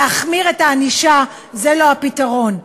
להחמיר את הענישה זה לא הפתרון.